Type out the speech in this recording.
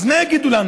אז מה יגידו לנו?